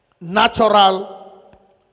natural